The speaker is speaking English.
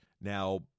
Now